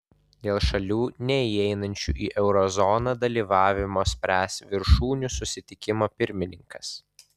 dėl šalių neįeinančių į euro zoną dalyvavimo spręs viršūnių susitikimo pirmininkas